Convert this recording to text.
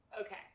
okay